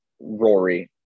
Rory